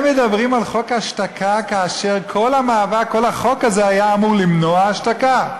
הם מדברים על חוק ההשתקה כאשר כל החוק הזה היה אמור למנוע השתקה?